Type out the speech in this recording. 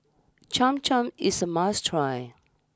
Cham Cham is a must try